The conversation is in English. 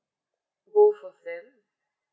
both of them